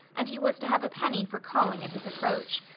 and he was to have a penny for calling at his approach.